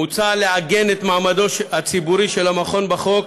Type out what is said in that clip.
מוצע לעגן את מעמדו הציבורי של המכון בחוק,